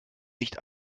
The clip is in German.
nicht